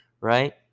right